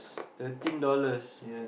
thirteen dollars